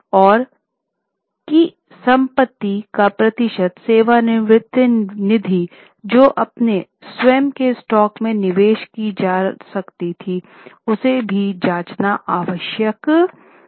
और की संपत्ति का प्रतिशत सेवानिवृत्ति निधि जो अपने स्वयं के स्टॉक में निवेश की जा सकती है उसे भी जांचना आवश्यक है